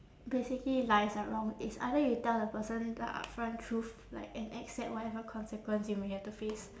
basically lies are wrong it's either you tell the person the upfront truth like and accept whatever consequence you may have to face